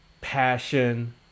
passion